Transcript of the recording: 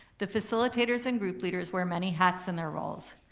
the facilitators and group leaders wear many hats in their roles,